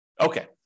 okay